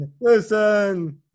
Listen